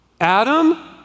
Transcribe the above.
Adam